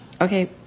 okay